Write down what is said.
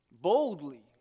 Boldly